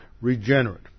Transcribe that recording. regenerate